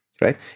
right